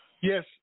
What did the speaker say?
Yes